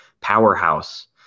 powerhouse